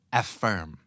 affirm